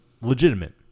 legitimate